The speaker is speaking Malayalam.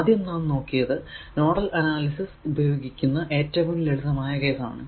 ആദ്യം നാം നോക്കിയത് നോഡൽ അനാലിസിസ് ഉപയോഗിക്കുന്ന ഏറ്റവും ലളിതമായ കേസ് ആണ്